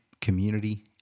community